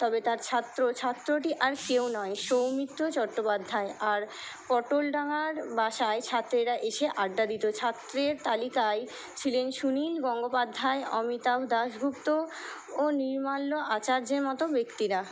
তবে তার ছাত্র ছাত্রটি আর কেউ নয় সৌমিত্র চট্টোপাধ্যায় আর পটলডাঙ্গার বাসায় ছাত্রেরা এসে আড্ডা দিত ছাত্রের তালিকায় ছিলেন সুনীল গঙ্গোপাধ্যায় অমিতাভ দাশগুপ্ত ও নির্মাল্য আচার্যের মতো ব্যক্তিরা